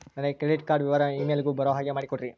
ನನಗೆ credit card ವಿವರ email ಗೆ ಬರೋ ಹಾಗೆ ಮಾಡಿಕೊಡ್ರಿ?